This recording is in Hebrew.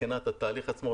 מבחינת התהליך עצמו,